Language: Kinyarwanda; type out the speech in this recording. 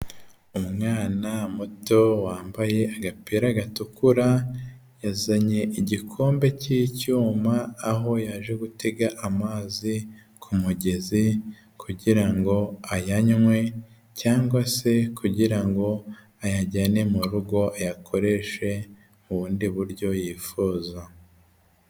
Umwana muto wambaye agapira gatukura yazanye igikombe cy'icyuma aho yaje gutega amazi ku mugezi kugira ngo ayanywe cyangwa se kugira ngo ayajyane mu rugo ayakoreshe ubundi buryo yifuza.